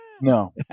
No